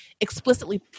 explicitly